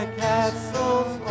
castles